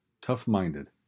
tough-minded